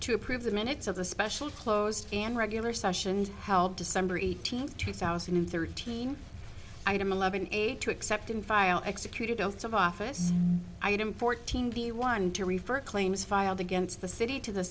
to approve the minutes of the special closed and regular sessions held december eighteenth two thousand and thirteen item eleven eight to accept in fire executed oaths of office item fourteen the one to refer claims filed against the city to the